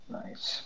nice